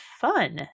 fun